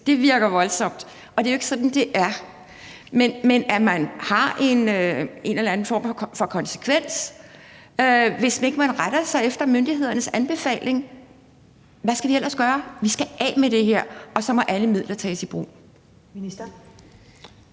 virker voldsomt, og det er jo ikke sådan, det er. Men det skal have en eller anden form for konsekvens, hvis ikke man retter sig efter myndighedernes anbefaling. Hvad skal vi ellers gøre? Vi skal af med det her, og så må alle midler tages i brug.